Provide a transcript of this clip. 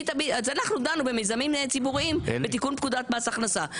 אנחנו דנו במיזמים ציבוריים בתיקון פקודת מס הכנסה.